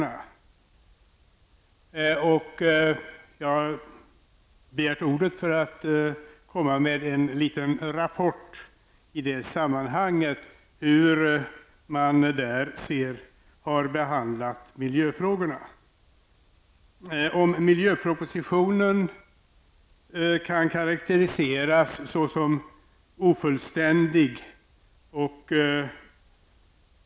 Jag har begärt ordet för att komma med en liten rapport i det sammanhanget om hur man där har behandlat miljöfrågorna. Miljöpropositionen kan karakteriseras som ofullständig.